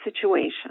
situation